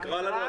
תקרא לנו.